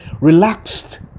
relaxed